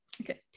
okay